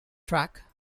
track